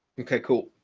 okay, cool.